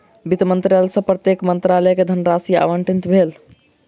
वित्त मंत्रालय सॅ प्रत्येक मंत्रालय के धनराशि आवंटित भेल